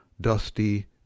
dusty